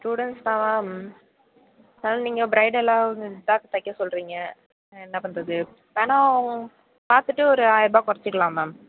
students தான் ma'am ஆனால் நீங்கள் பிரைடலாவும் இதாக தக்க சொல்கிறீங்க என்ன பண்ணுறது வேணால் பார்த்துட்டு ஒரு ஆயிரம் ரூபாய் குறைச்சிக்கலாம் மேம்